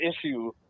issue